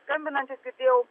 skambinantis girdėjau